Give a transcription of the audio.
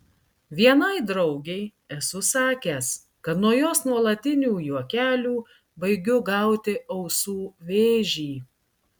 vienai draugei esu sakęs kad nuo jos nuolatinių juokelių baigiu gauti ausų vėžį